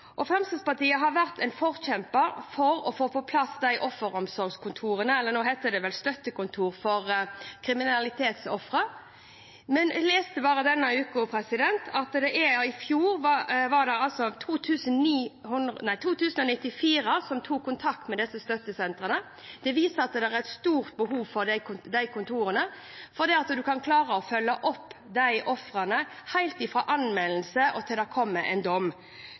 og Fremskrittspartiet har vært en forkjemper for å få på plass offeromsorgskontorene – nå heter det vel Rådgivningskontorene for kriminalitetsofre. Jeg leste denne uka at bare i fjor var det 2 094 som tok kontakt med disse støttesentrene. Det viser at det er et stort behov for disse kontorene, fordi en kan klare å følge opp ofrene helt fra anmeldelse og til det kommer en dom.